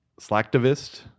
Slacktivist